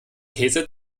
käse